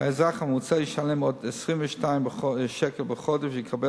האזרח הממוצע ישלם עוד 22 שקל בחודש ויקבל